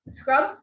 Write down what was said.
scrub